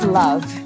love